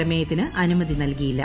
പ്രമേയത്തിന് അനുമതി ന്ത്ൽകിയില്ല